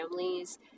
families